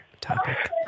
topic